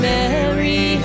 Mary